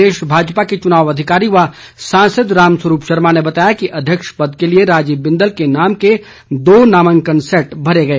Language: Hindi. प्रदेश भाजपा के चुनाव अधिकारी व सांसद रामस्वरूप शर्मा ने बताया कि अध्यक्ष पद के लिए राजीव बिंदल के नाम के दो नामांकन सैट भरे गए